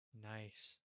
Nice